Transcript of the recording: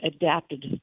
adapted